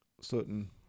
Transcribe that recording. Certain